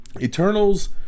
Eternals